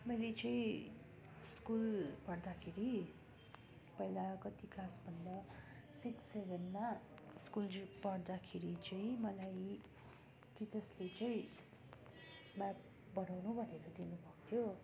मैले चाहिँ स्कुल पढ्दाखेरि पहिला कति क्लास भन्दा सिक्स सेभेनमा स्कुल पढ्दाखेरि चाहिँ मलाई टिचर्सले चाहिँ म्याफ बनाउनु भनेर दिनु भएको थियो